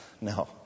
No